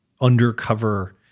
undercover